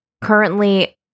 Currently